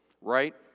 right